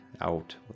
out